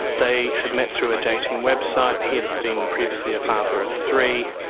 they had met through a dating website. he had been previously a father of three.